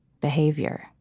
behavior